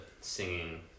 singing